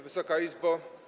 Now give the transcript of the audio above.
Wysoka Izbo!